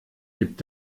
gibt